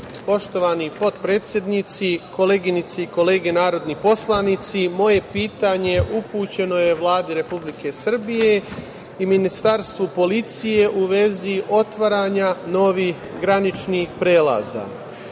poštovani potpredsednici, koleginice i kolege narodni poslanici, moje pitanje upućeno je Vladi Republike Srbije i Ministarstvu policije u vezi otvaranja novih graničnih prelaza. Želim